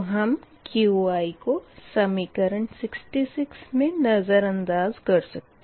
तो हम Qi को समीकरण 66 मे नज़रअंदाज़ कर सकते है